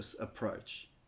approach